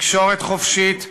תקשורת חופשית,